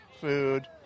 food